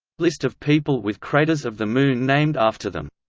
list of people with craters of the moon named after them